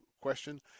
question